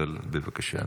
בבקשה.